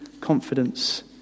confidence